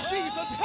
Jesus